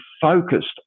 focused